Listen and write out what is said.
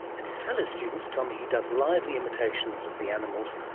and his fellow students tell me he does lively imitations of the animals,